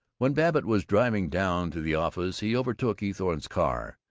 when babbitt was driving down to the office he overtook eathorne's car,